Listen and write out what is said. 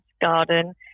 garden